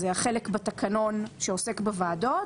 זה החלק בתקנון שעוסק בוועדות,